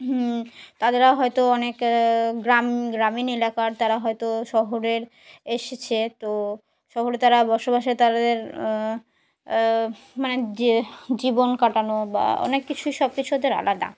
তাদেরা হয়তো অনেক গ্রাম গ্রামীণ এলাকার তারা হয়তো শহরের এসেছে তো শহরে তারা বসবাসে তাদের মানে যে জীবন কাটানো বা অনেক কিছুই সব কিছুদের আলাদা